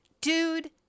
Dude